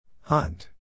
Hunt